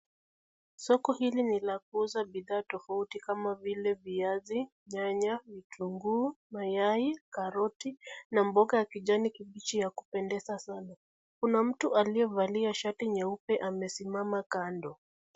Soko hili ni la kuuza bidhaa tofauti kama vile , Viazi, nyanya ,vitunguu, mayai, karoti, na mboga ya kijani kibichi ya kupendeza sana .Kuna mtu aliyevalia shati nyeupe amesimama kando.